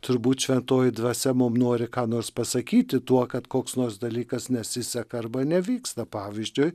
turbūt šventoji dvasia mum nori ką nors pasakyti tuo kad koks nors dalykas nesiseka arba nevyksta pavyzdžiui